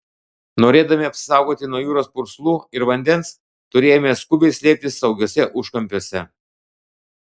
norėdami apsisaugoti nuo jūros purslų ir vandens turėjome skubiai slėptis saugiuose užkampiuose